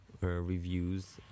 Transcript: reviews